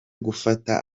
gufata